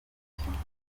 abakinnyi